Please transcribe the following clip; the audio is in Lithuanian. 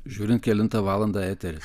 žiūrint kelintą valandą etery